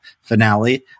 finale